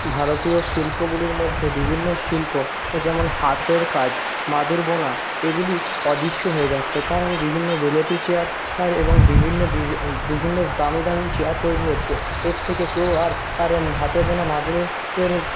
ভারতীয় শিল্পগুলির মধ্যে বিভিন্ন শিল্প ও যেমন হাতের কাজ মাদুর বোনা এগুলি অদৃশ্য হয়ে যাচ্ছে কারণ বিভিন্ন বিলেতি চেয়ার আর এবং বিভিন্ন বিভিন্ন দামি দামি চেয়ার তৈরি হচ্ছে এর থেকে কেউ আর আর হাতে বোনা মাদুরের এর